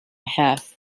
have